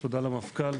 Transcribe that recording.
תודה למפכ"ל,